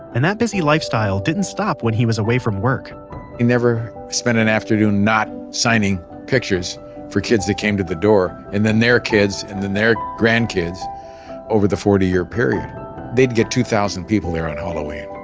and that busy lifestyle didn't stop when he was away from work he never spent an afternoon not signing pictures for kids that came to the door. and then their kids and then their grandkids over the forty year period they'd get two thousand people there on halloween.